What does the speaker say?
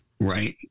Right